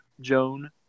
Joan